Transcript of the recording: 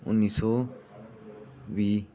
ਉੱਨੀ ਸੌ ਵੀਹ